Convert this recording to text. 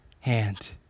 hand